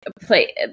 play